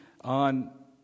on